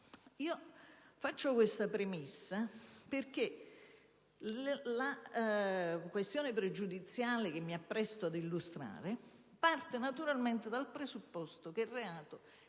Faccio questa premessa perché la questione pregiudiziale che mi appresto ad illustrare parte naturalmente dal presupposto che il reato